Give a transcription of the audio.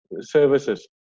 services